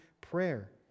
prayer